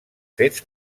fets